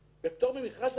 בפטור ממכרז זה חריג?